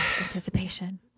anticipation